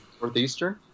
northeastern